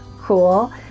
cool